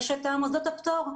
יש את מוסדות הפטור.